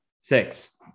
six